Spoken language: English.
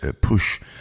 push